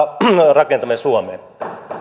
rakentamiseen suomeen